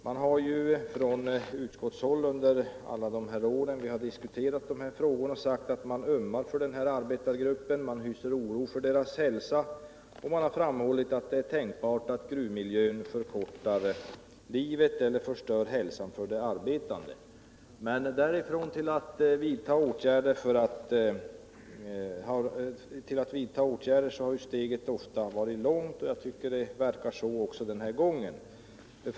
Man har från utskottshåll under alla de år då vi har diskuterat de här frågorna sagt att man ömmar för den här arbetargruppen och hyser oro för dess hälsa. Man har framhållit att det är tänkbart att gruvmiljön förkortar livet eller förstör hälsan för de arbetande. Men därifrån till att vidta åtgärder har steget ofta varit långt, och jag tycker att det verkar vara så den här gången också.